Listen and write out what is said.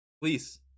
Please